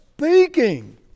Speaking